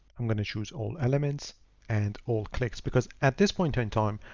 i'm going to choose all elements and all clicks because at this point in time,